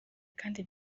kandi